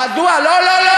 מי שרוצה יכול.